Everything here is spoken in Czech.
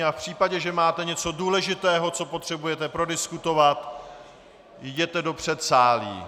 V případě, že máte něco důležitého, co potřebujete prodiskutovat, jděte do předsálí.